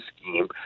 scheme